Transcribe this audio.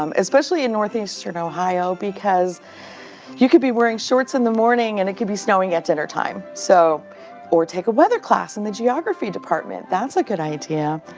um especially in northeastern ohio, because you could be wearing shorts in the morning, and it could be snowing at dinnertime. so or take a weather class in the geography department. that's a good idea.